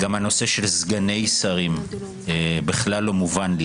גם הנושא של סגני שרים בכלל לא מובן לי.